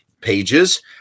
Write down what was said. pages